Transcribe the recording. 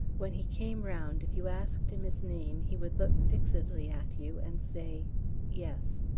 when he came round, if you asked him his name he would look fixedly at you and say yes.